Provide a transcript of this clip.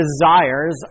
desires